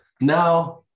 Now